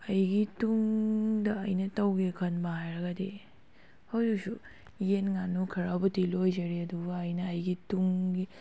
ꯑꯩꯒꯤ ꯇꯨꯡꯗ ꯑꯩꯅ ꯇꯧꯒꯦ ꯈꯟꯕ ꯍꯥꯏꯔꯒꯗꯤ ꯍꯧꯖꯤꯛꯁꯨ ꯌꯦꯟ ꯉꯥꯅꯨ ꯈꯔꯕꯨꯗꯤ ꯂꯣꯏꯖꯔꯤ ꯑꯗꯨꯒ ꯑꯩꯅ ꯑꯩꯒꯤ ꯇꯨꯡꯒꯤ